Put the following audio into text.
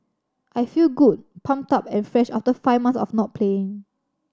I feel good pumped up and fresh after five months of not playing